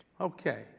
Okay